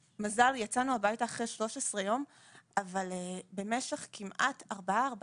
יצאנו הביתה אחרי 13 יום אבל במשך כמעט 4.5